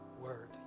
word